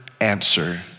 answer